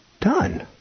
Done